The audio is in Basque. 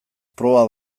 proba